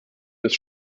des